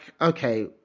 okay